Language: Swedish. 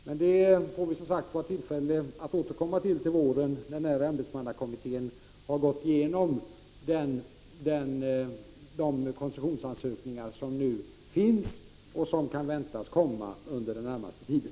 Men det får vi som sagt tillfälle att återkomma till i vår, när ämbetsmannakommittén har gått igenom de koncessionsansökningar som föreligger och de som kan väntas komma under den närmaste tiden.